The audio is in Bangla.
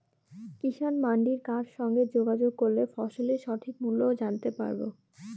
কিষান মান্ডির কার সঙ্গে যোগাযোগ করলে ফসলের সঠিক মূল্য জানতে পারবো?